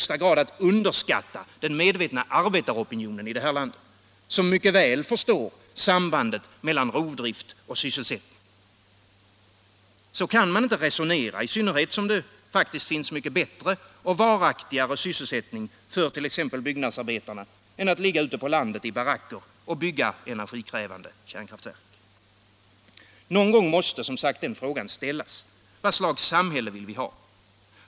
Så kan man inte resonera, i synnerhet som det finns mycket bättre och varaktigare sysselsättning för byggnadsarbetare än att ligga ute på landet i baracker och bygga energikrävande kärnkraftverk. Någon gång måste frågan ställas: Vad slags samhälle vill vi ha?